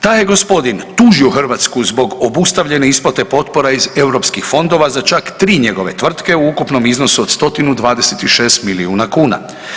Taj je gospodin tužio Hrvatsku zbog obustavljene isplate potpora iz europskih fondova za čak 3 njegove tvrtke u ukupnom iznosu od 126 milijuna kuna.